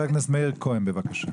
חבר הכנסת מאיר כהן, בבקשה.